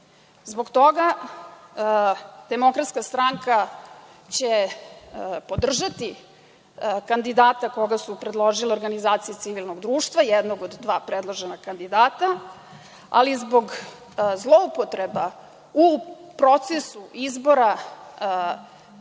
toga DS će podržati kandidata koga su predložile organizacije civilnog društva, jednog od dva predložena, ali zbog zloupotreba u procesu izbora